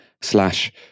slash